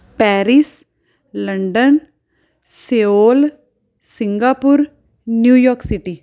Paris London Seoul Singapore New York city